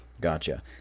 Gotcha